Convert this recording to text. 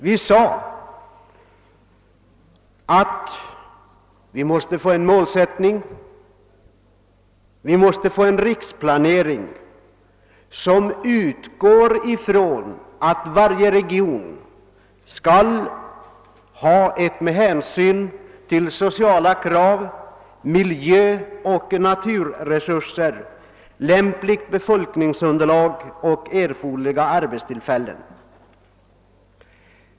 Vi ansåg att man måste få en målsättning, en riksplanering som utgår från att varje region skall ha ett med hänsyn till sociala krav, miljö och naturresurser lämpligt befolkningsunderlag och erforderliga arbetstillfällen.